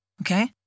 okay